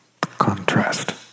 contrast